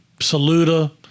Saluda